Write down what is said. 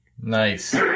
Nice